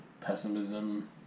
pessimism